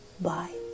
Bye